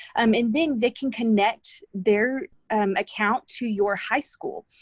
um and then they can connect their account to your high school.